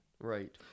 Right